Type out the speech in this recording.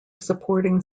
supporting